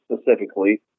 specifically